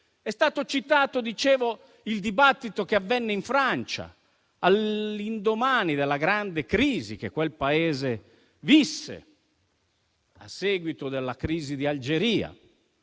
Mi riferisco al dibattito che avvenne in Francia all'indomani della grande crisi che quel Paese visse a seguito della crisi di Algeria,